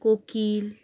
কোকিল